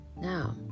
Now